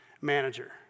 manager